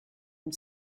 and